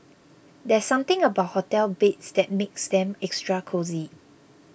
there's something about hotel beds that makes them extra cosy